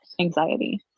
anxiety